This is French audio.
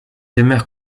demeure